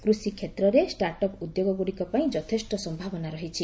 କୂଷି କ୍ଷେତ୍ରରେ ଷ୍ଟାର୍ଟଅପ୍ ଉଦ୍ୟୋଗଗୁଡିକ ପାଇଁ ଯଥେଷ୍ଟ ସମ୍ଭାବନା ରହିଛି